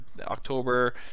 October